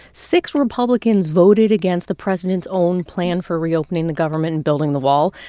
six republicans voted against the president's own plan for reopening the government and building the wall.